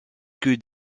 que